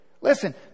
Listen